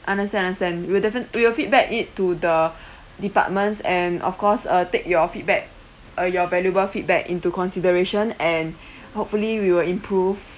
understand understand we'll defin~ we will feedback it to the departments and of course uh take your feedback uh your valuable feedback into consideration and hopefully we will improve